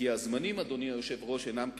כי הזמנים, אדוני היושב-ראש, אינם כתיקונם.